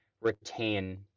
retain